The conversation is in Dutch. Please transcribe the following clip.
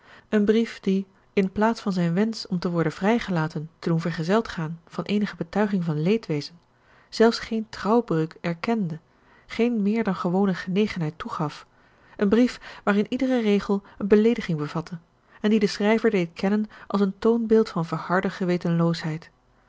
een brief die inplaats van zijn wensch om te worden vrijgelaten te doen vergezeld gaan van eenige betuiging van leedwezen zelfs geen trouwbreuk erkende geen meer dan gewone genegenheid toegaf een brief waarin iedere regel een beleediging bevatte en die den schrijver deed kennen als een toonbeeld van verharde